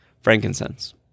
Frankincense